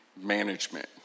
management